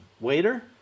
waiter